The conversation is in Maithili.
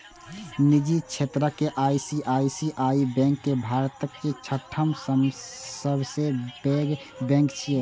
निजी क्षेत्रक आई.सी.आई.सी.आई बैंक भारतक छठम सबसं पैघ बैंक छियै